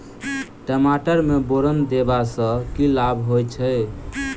टमाटर मे बोरन देबा सँ की लाभ होइ छैय?